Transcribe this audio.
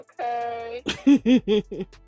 okay